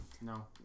No